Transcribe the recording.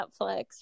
Netflix